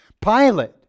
Pilate